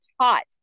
taught